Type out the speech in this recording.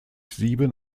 sieben